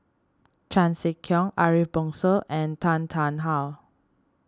Chan Sek Keong Ariff Bongso and Tan Tarn How